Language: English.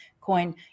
coin